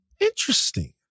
interesting